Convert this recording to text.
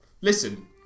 Listen